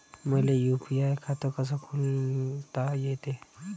मले यू.पी.आय खातं कस खोलता येते?